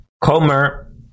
Comer